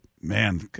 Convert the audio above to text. man